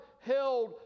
held